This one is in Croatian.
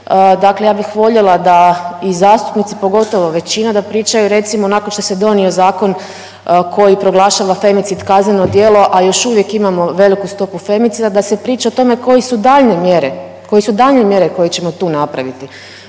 Dakle ja bih voljela da i zastupnici pogotovo većina da pričaju recimo nakon što se donio zakon koji proglašava femicid kazneno djelo, a još uvijek imamo veliku stopu femicida da se priča o tome koje su daljnje mjere, koje su daljnje